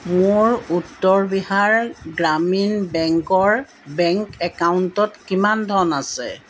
মোৰ উত্তৰ বিহাৰ গ্ৰামীণ বেংকৰ বেংক একাউণ্টত কিমান ধন আছে